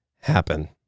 happen